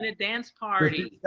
and dance party.